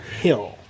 hill